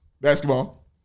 Basketball